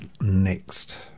next